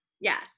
Yes